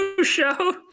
show